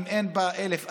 אם אין בה 1,000,